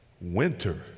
Winter